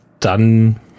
Dann